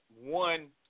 one